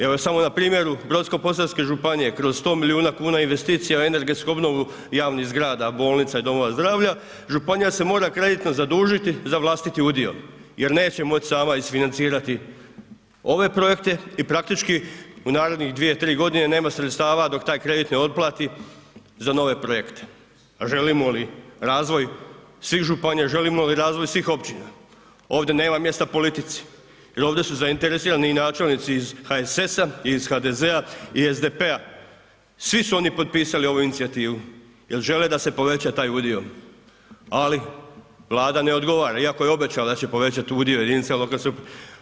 Evo samo na primjeru brodsko-posavske županije, kroz 100 milijuna kuna investicija, energetsku obnovu javnih zgrada, bolnica i domova zdravlja, županija se mora kreditno zadužiti za vlastiti udio jer neće moć sama isfinancirati ove projekte i praktički u narednih 2-3.g. nema sredstava dok taj kredit ne otplati za nove projekte, a želimo li razvoj svih županija, želimo li razvoj svih općina, ovdje nema mjesta politici jer ovdje su zainteresirani i načelnici iz HSS-a i iz HDZ-a i SDP-a, svi su oni potpisali ovu inicijativu jel žele da se poveća taj udio, ali Vlada ne odgovara iako je obećala da će povećat udio jedinica lokalne samouprave.